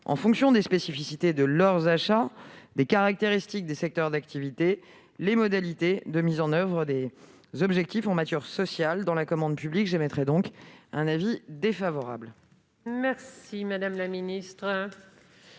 en fonction des spécificités de leurs achats, les caractéristiques des secteurs d'activité et les modalités de mise en oeuvre des objectifs en matière sociale dans la commande publique. Le Gouvernement émet donc un avis défavorable sur cet amendement.